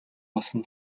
болсон